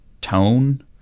tone